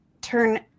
turn